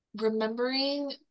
remembering